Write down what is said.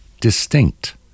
distinct